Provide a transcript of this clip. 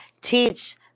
teach